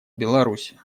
беларуси